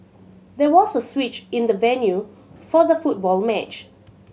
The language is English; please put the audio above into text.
there was a switch in the venue for the football match